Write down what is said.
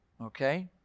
okay